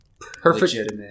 perfect